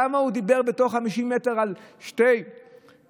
כמה הוא דיבר בתוך 50 מטר על שתי לשכות,